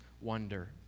wonder